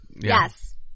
Yes